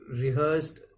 rehearsed